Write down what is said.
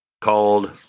called